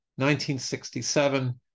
1967